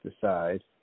decide